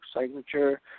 signature